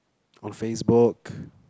on Facebook